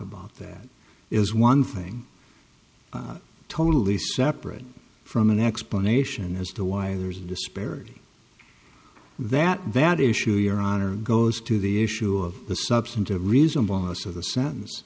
about that is one thing totally separate from an explanation as to why there's a disparity that that issue your honor goes to the issue of the substantive reason by most of the sentence